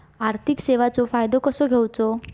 आर्थिक सेवाचो फायदो कसो घेवचो?